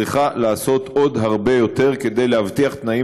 צריכה לעשות עוד הרבה יותר כדי להבטיח תנאים